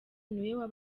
niwe